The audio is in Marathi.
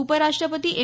उपराष्ट्रपती एम